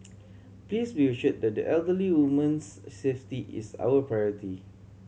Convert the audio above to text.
please be assured that the elderly woman's safety is our priority